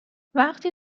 وقتی